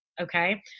Okay